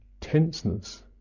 tenseness